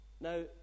Now